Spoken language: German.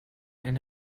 eine